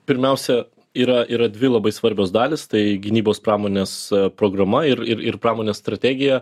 pirmiausia yra yra dvi labai svarbios dalys tai gynybos pramonės programa ir ir ir pramonės strategija